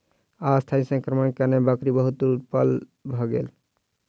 अस्थायी संक्रमणक कारणेँ बकरी बहुत दुर्बल भ गेल